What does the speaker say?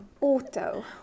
Auto